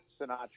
Sinatra